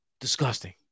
Disgusting